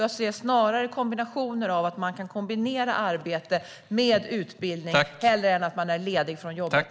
Jag ser hellre att man kan kombinera arbete med utbildning snarare än att man är ledig från jobbet.